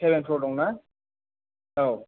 seven फ्र दंना औ